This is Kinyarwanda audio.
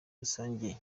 rusange